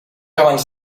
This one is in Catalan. abans